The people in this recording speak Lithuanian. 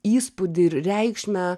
įspūdį ir reikšmę